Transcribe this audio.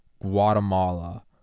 Guatemala